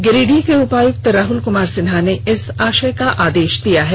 गिरिडीह उपायुक्त राहुल कुमार सिन्हा ने इस आशय का आदेश जारी किया है